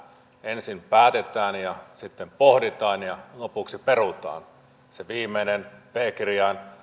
ensin päätetään ja sitten pohditaan ja lopuksi perutaan se viimeinen p kirjain